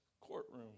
courtroom